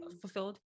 fulfilled